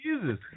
Jesus